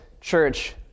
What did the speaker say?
church